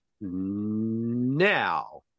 now